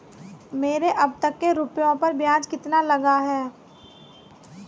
मेरे अब तक के रुपयों पर ब्याज कितना लगा है?